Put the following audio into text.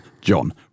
John